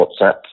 WhatsApp